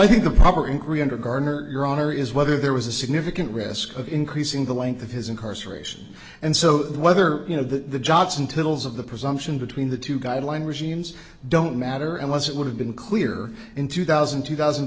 i think a proper inquiry under garner your honor is whether there was a significant risk of increasing the length of his incarceration and so whether you know that the jots and tittles of the presumption between the two guideline regimes don't matter unless it would have been clear in two thousand two thousand